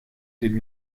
did